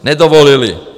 Nedovolili!